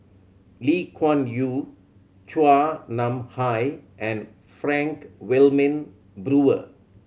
Lee Kuan Yew Chua Nam Hai and Frank Wilmin Brewer